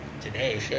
today